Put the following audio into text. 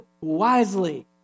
wisely